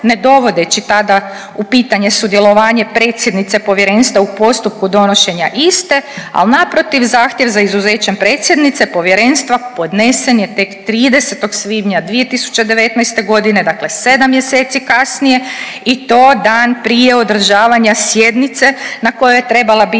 ne dovodeći tada u pitanje sudjelovanje predsjednice povjerenstva u postupku donošenja iste, ali naprotiv zahtjev za izuzećem predsjednice povjerenstva podnesen je tek 30. svibnja 2019., dakle 7 mjeseci kasnije i to dan prije održavanja sjednice na kojoj je trebala biti